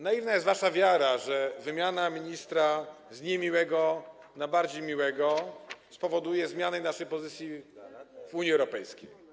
Naiwna jest wasza wiara, że wymiana ministra z niemiłego na bardziej miłego spowoduje zmianę naszej pozycji w Unii Europejskiej.